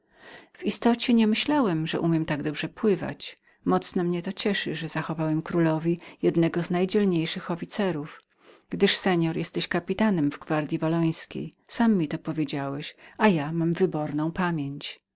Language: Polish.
w istocie nie myślałem żebym umiał tak dobrze pływać mocno mnie to cieszy że zachowałem królowi jednego z najdzielniejszych oficerów gdyż pan jesteś kapitanem w gwardyi wallońskiej sam mi to powiedziałeś a ja mam wyborną pamięć